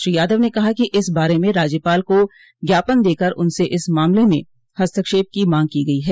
श्री यादव ने कहा कि इस बारे में राज्यपाल को ज्ञापन देकर उनसे इस मामले में हस्तक्षेप की माँग की गयी है